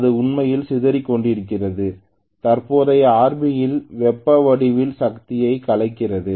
இது உண்மையில் சிதறிக் கொண்டிருக்கிறது தற்போதைய Rb இல் வெப்ப வடிவில் சக்தியைக் கலைக்கிறது